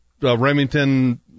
Remington